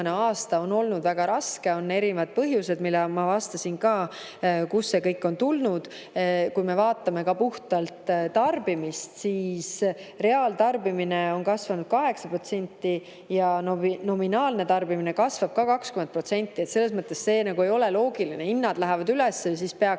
aasta on olnud väga raske, on erinevad põhjused. Ma juba vastasin, kust see kõik on tulnud. Kui me vaatame ka puhtalt tarbimist, siis reaaltarbimine on kasvanud 8% ja nominaalne tarbimine kasvab ka 20%. See ei ole loogiline: kui hinnad lähevad üles, siis peaks